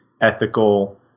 ethical